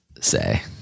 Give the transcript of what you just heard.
say